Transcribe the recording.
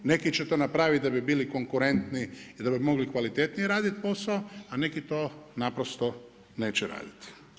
Neki će to napraviti da bi bili konkurentni i da bi mogli kvalitetnije raditi posao, a neki to naprosto neće raditi.